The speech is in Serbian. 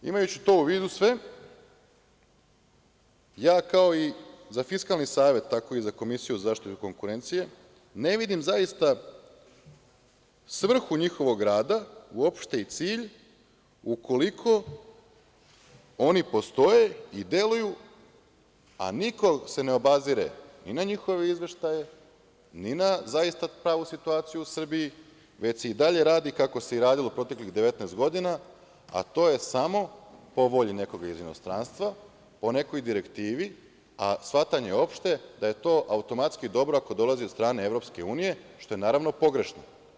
Imajući sve to u vidu, kao i za Fiskalni savet, tako i za Komisiju za zaštitu konkurencije, ne vidim zaista svrhu njihovog rada i cilj, ukoliko oni postoje i deluju, a niko se ne obazire ni na njihove izveštaje, ni na pravu situaciju u Srbiji, već se i dalje radi kako se radilo proteklih 19 godina, a to je samo po volji nekoga iz inostranstva, po nekoj direktivi, a shvatanje opšte da je to automatski dobro ako dolazi iz EU, što je naravno pogrešno.